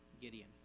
Gideon